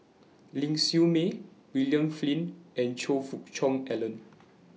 Ling Siew May William Flint and Choe Fook Cheong Alan